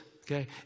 okay